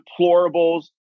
deplorables